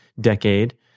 decade